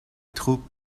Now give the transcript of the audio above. troupes